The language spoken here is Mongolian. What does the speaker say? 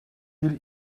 тэр